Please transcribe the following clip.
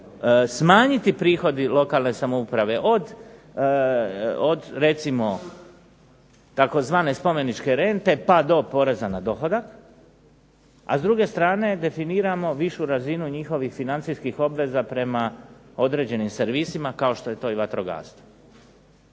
smanjiti prihodi lokalne samouprave, od recimo tzv. spomeničke rente, pa do poreza na dohodak, a s druge strane definiramo višu razinu njihovih financijskih obveza prema određenim servisima kao što je to vatrogastvo.